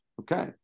Okay